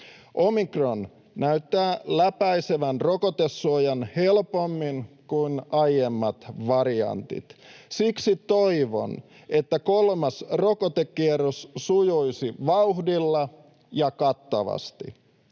Omikron näyttää läpäisevän rokotesuojan helpommin kuin aiemmat variantit. Siksi toivon, että kolmas rokotekierros sujuisi vauhdilla ja kattavasti.